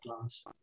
last